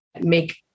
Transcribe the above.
make